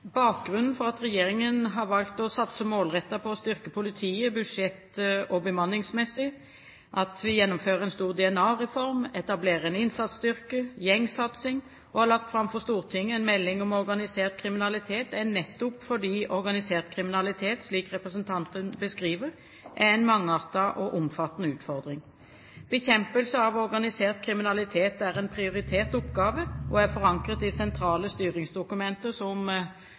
Bakgrunnen for at regjeringen har valgt å satse målrettet på å styrke politiets budsjett og bemanningsmessig, at vi gjennomfører en stor DNA-reform, etablerer en innsatsstyrke, gjengsatsing, og har lagt fram for Stortinget en melding om organisert kriminalitet, er nettopp fordi organisert kriminalitet, slik representanten beskriver, er en mangeartet og omfattende utfordring. Bekjempelse av organisert kriminalitet er en prioritert oppgave og er forankret i sentrale styringsdokumenter som